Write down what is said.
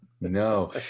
No